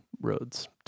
Roads